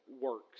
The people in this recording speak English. works